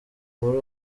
muri